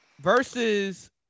versus